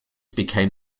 became